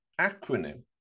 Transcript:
acronym